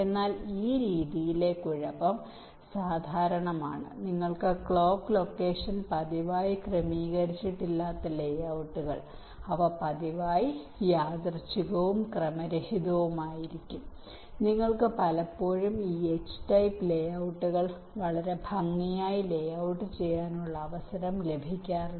എന്നാൽ ഈ രീതിയിലെ കുഴപ്പം സാധാരണമാണ് നിങ്ങൾക്ക് ക്ലോക്ക് ലൊക്കേഷൻ പതിവായി ക്രമീകരിച്ചിട്ടില്ലാത്ത ലേ ഔട്ടുകൾ അവ പതിവായി യാദൃച്ഛികവും ക്രമരഹിതവുമായിരിക്കും നിങ്ങൾക്ക് പലപ്പോഴും ഈ എച്ച് ടൈപ്പ് ലേ ഔട്ടുകൾ വളരെ ഭംഗിയായി ലേ ഔട്ട് ചെയ്യാനുള്ള അവസരം ലഭിക്കാറില്ല